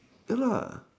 ya lah